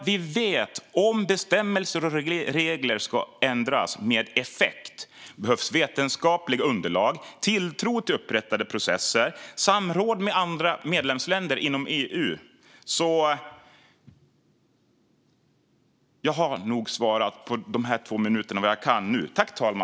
Vi vet nämligen att om bestämmelser och regler ska ändras med effekt behövs det vetenskapliga underlag, tilltro till upprättade processer och samråd med andra medlemsländer inom EU. Jag har nog svarat vad jag kan på de här två minuterna.